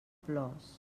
plors